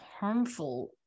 harmful